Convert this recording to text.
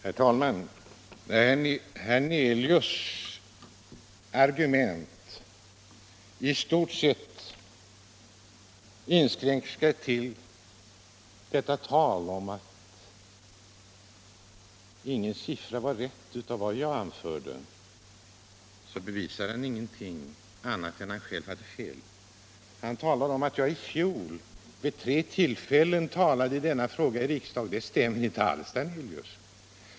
Herr talman! När herr Hernelius argumentation i stort sett inskränker sig ull detta tal om att ingen av mina siffror var rätt, bevisar han ingenting annat än att han själv har fel. Han påstår att jag i fjol vid tre tillfällen talade i riksdagen i denna fråga. Det stämmer inte alls.